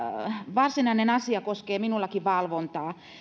varsinainen asia koskee minullakin valvontaa